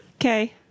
Okay